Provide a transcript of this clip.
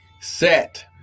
set